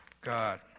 god